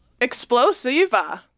Explosiva